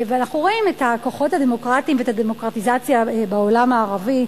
ואנחנו רואים את הכוחות הדמוקרטיים ואת הדמוקרטיזציה בעולם הערבי.